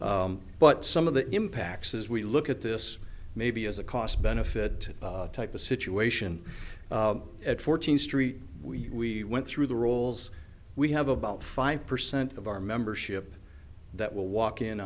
but some of the impacts as we look at this maybe as a cost benefit type of situation at fourteenth street we went through the rules we have about five percent of our membership that will walk in